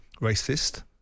racist